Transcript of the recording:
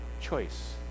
Choice